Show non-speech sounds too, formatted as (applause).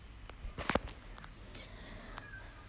(breath)